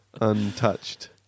untouched